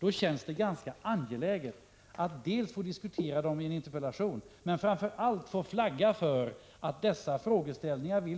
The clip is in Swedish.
Då känns det ganska angeläget att få diskutera dessa frågor på grundval av en interpellation men framför allt att få flagga för att vi vill ha svar på dessa frågeställningar,